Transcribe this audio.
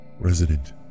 Resident